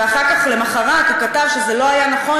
ואחר כך למחרת הוא כתב שזה "לא היה נכון